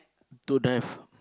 don't have